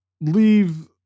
leave